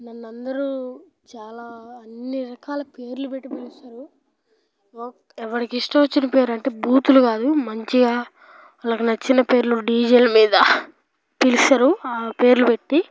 నన్ను అందరు చాలా అన్ని రకాల పేర్లు పెట్టి పిలుస్తారు ఎవడికి ఇష్టం వచ్చిన పేరు అంటే బూతులు కాదు మంచిగా వాళ్ళకి నచ్చిన పేర్లు డీజే మీద పిలుస్తారు ఆ పేర్లు పెట్టి